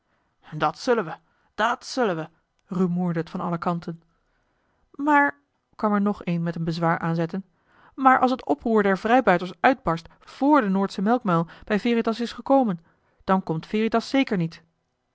dat zullen we dat zullen we rumoerde het van alle kanten maar kwam er nog een met een bezwaar aanzetten maar als het oproer der vrijbuiters uitbarst joh h been paddeltje de scheepsjongen van michiel de ruijter vr de noordsche melkmuil bij veritas is gekomen dan komt veritas zeker niet